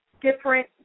different